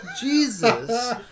Jesus